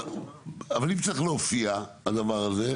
אבל אם צריך להופיע הדבר הזה?